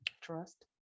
Trust